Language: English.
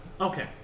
Okay